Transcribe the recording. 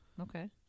Okay